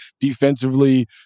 defensively